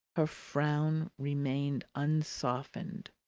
her frown remained unsoftened.